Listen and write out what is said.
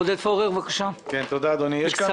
עודד פורר, בבקשה, רק בקצרה.